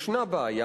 ישנה בעיה.